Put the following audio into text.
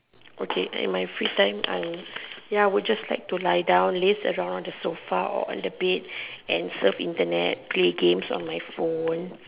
okay in my free time I ya will just like to lie down rest around the sofa or on the bed and surf Internet play games on my phone